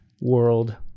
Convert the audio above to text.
world